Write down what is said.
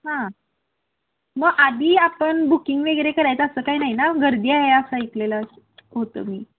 हां मग आधी आपण बुकिंग वगैरे करायचं असं काय ना गर्दी आहे असं ऐकलेलं होतं मी